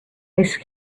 ice